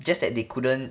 just that they couldn't